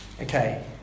Okay